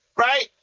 right